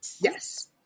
Yes